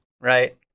right